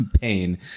pain